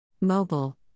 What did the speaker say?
Mobile